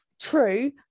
True